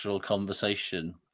conversation